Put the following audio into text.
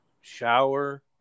shower